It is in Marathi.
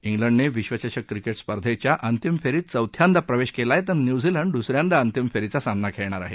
इंग्लंडने विश्वचषक क्रिके स्पर्धेच्या अंतिम फेरीत चौथ्यांदा प्रवेश केला आहे तर न्यूझीलंड दुसऱ्यांदा अंतिम फेरीचा सामना खेळणार आहे